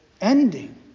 ending